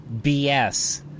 BS